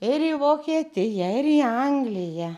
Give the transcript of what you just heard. ir į vokietiją ir į angliją